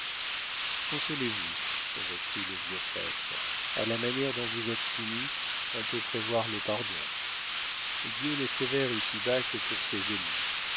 consolez-vous reprit le vieux prêtre a la manière dont vous êtes punie on peut prévoir le pardon dieu n'est sévère ici-bas que pour ses élus